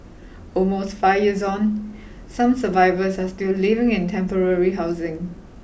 almost five years on some survivors are still living in temporary housing